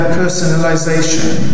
personalization